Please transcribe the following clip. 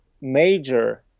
major